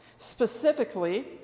Specifically